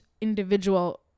individual